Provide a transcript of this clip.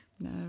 No